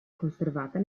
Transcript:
conservata